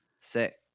sick